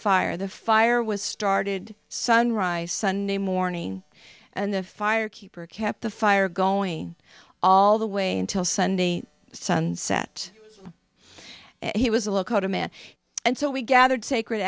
fire the fire was started sunrise sunday morning and the fire keeper kept the fire going all the way until sunday sunset and he was a lookout a man and so we gathered sacred